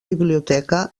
biblioteca